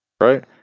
right